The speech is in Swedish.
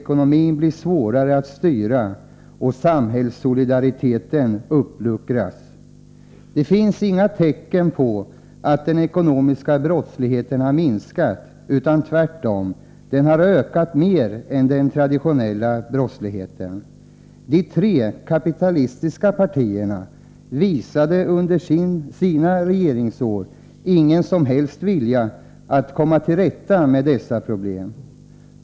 Det blir svårare att styra samhällsekonomin, och samhällssolidariteten uppluckras. Det finns inga tecken på att den ekonomiska brottsligheten har minskat. Den har tvärtom ökat mer än den traditionella brottsligheten. De tre kapitalistiska partierna visade under sina regeringsår ingen som helst vilja att komma till rätta med dessa problem.